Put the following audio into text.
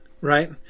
right